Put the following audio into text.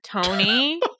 Tony